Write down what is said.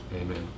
Amen